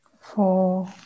four